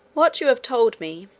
what you have told me,